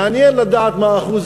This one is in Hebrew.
מעניין לדעת מה אחוז